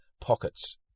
pockets